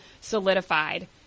solidified